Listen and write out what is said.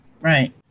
right